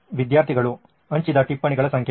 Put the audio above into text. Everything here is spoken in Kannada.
ವಿದ್ಯಾರ್ಥಿಗಳು ಹಂಚಿದ ಟಿಪ್ಪಣಿಗಳ ಸಂಖ್ಯೆ